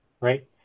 right